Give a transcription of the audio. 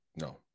No